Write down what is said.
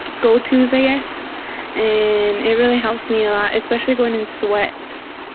go-tos i guess and it really helps me a lot, especially going in sweats.